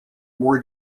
more